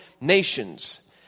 nations